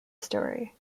story